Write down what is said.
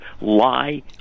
lie